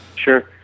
Sure